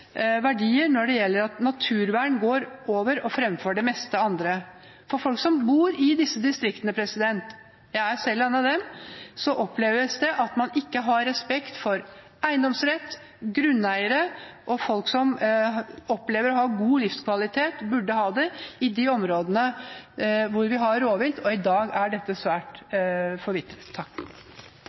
verdier når det gjelder det at naturvern går over og går foran det meste annet. For folk som bor i distriktene, jeg er selv en av dem, oppleves det at man ikke har respekt for eiendomsrett, for grunneiere og for folk som opplever å ha god livskvalitet – eller burde ha det – i de områdene hvor vi har rovvilt. I dag er dette svært forvitret.